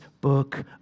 book